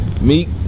Meek